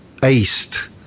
aced